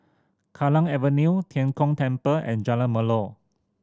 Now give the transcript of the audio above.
Kallang Avenue Tian Kong Temple and Jalan Melor